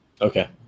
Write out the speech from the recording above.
Okay